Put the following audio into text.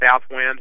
Southwind